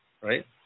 right